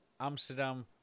Amsterdam